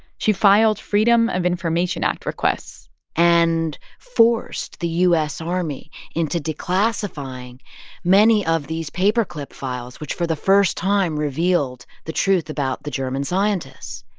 she filed freedom of information act requests and forced the u s. army into declassifying many of these paperclip files, which, for the first time, revealed the truth about the german scientists.